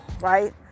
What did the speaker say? right